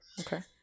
Okay